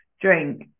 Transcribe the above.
drink